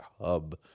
hub